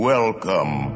Welcome